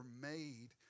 made